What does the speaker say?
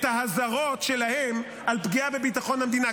את האזהרות שלהם על פגיעה בביטחון המדינה,